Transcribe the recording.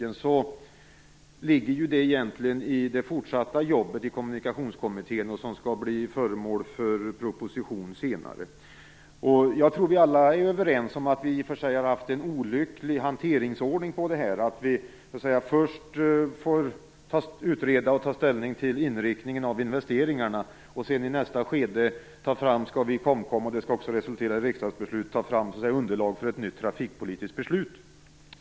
Det är frågor som egentligen ligger i det fortsatta jobbet för Kommunikationskommittén och som skall bli föremål för proposition senare. Jag tror att vi alla är överens om att vi i och för sig har haft en olycklig hanteringsordning. Först får vi utreda och ta ställning till inriktningen av investeringarna. I nästa skede skall vi i KOMKOM ta fram - det skall också resultera i riksdagsbeslut - underlag för ett nytt trafikpolitiskt beslut.